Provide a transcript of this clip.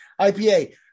IPA